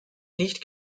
nicht